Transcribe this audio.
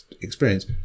experience